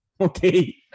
Okay